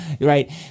right